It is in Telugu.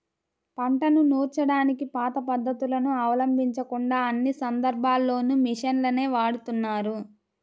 పంటను నూర్చడానికి పాత పద్ధతులను అవలంబించకుండా అన్ని సందర్భాల్లోనూ మిషన్లనే వాడుతున్నారు